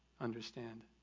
understand